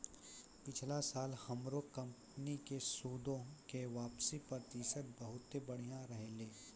पिछला साल हमरो कंपनी के सूदो के वापसी प्रतिशत बहुते बढ़िया रहलै